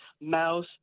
mouse